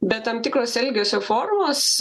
bet tam tikros elgesio formos